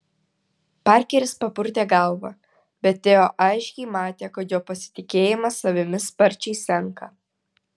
parkeris papurtė galvą bet teo aiškiai matė kad jo pasitikėjimas savimi sparčiai senka